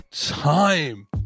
Time